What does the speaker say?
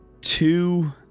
two